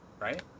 right